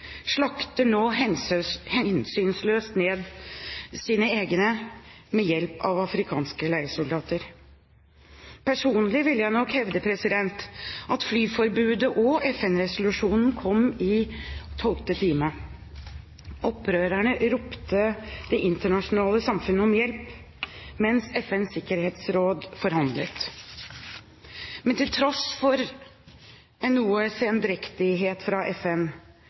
nå hensynsløst ned sine egne ved hjelp av afrikanske leiesoldater. Personlig vil jeg nok hevde at flyforbudet og FN-resolusjonen kom i tolvte time. Opprørerne ropte til det internasjonale samfunnet om hjelp, mens FNs sikkerhetsråd forhandlet. Men til tross for noe sendrektighet fra FN